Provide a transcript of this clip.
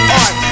art